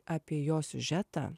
apie jo siužetą